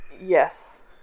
Yes